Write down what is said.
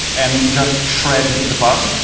and just shred the bug.